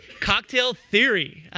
cocktail theory.